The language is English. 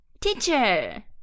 teacher